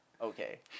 okay